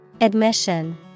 Admission